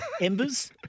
Embers